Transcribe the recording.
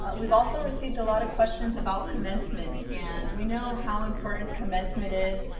we've also received a lot of questions about commencement, and we know how important commencement is,